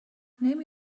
نمی